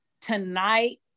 tonight